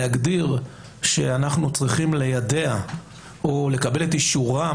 להגדיר שאנחנו צריכים ליידע או לקבל את אישורם